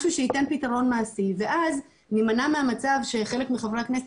משהו שייתן פתרון מעשי ואז נימנע מהמצב שחלק מחברי הכנסת,